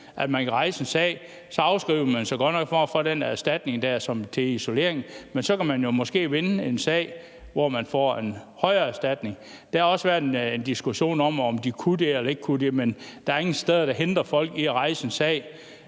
at man kan rejse en sag. Så afskriver man sig godt nok muligheden for at få den der erstatning til isolering, men så kan man jo måske vinde en sag, hvor man får en højere erstatning. Der har også været en diskussion om, om de kunne det eller ikke kunne det, men der er ikke noget, der hindrer folk i at rejse en sag